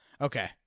Okay